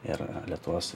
ir lietuvos